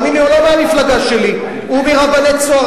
תאמין לי, הוא לא מהמפלגה שלי, הוא מרבני "צהר".